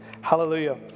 Hallelujah